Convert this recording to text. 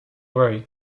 worry